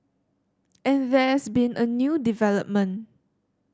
and there's been a new development